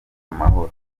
amahoro